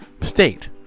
state